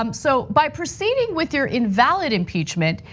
um so by proceeding with your invalid impeachment,